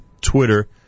Twitter